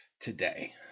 today